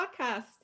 podcast